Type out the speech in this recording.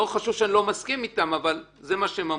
לא חשוב שאני לא מסכים אתם אבל זה מה שהם אמרו,